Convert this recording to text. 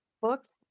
books